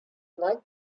like